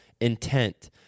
intent